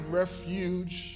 refuge